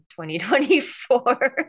2024